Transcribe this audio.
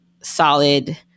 solid